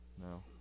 No